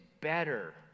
better